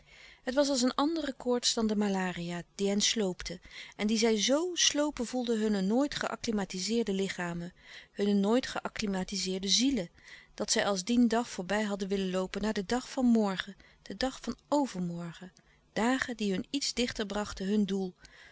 het was als een andere koorts dan de malaria die hen sloopte en die zij zo slopen voelde hunne nooit geaclouis couperus de stille kracht climatizeerde lichamen hunne nooit geacclimatizeerde zielen dat zij als dien dag voorbij hadden willen loopen naar den dag van morgen den dag van overmorgen dagen die hun iets dichter brachten hun doel